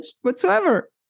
whatsoever